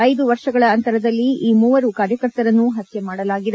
ಐದು ವರ್ಷಗಳ ಅಂತರದಲ್ಲಿ ಈ ಮೂವರು ಕಾರ್ಯಕರ್ತರನ್ನು ಹತ್ತೆ ಮಾಡಲಾಗಿದೆ